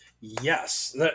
Yes